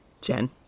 Jen